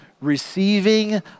receiving